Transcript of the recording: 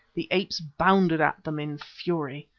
the apes bounded at them in fury.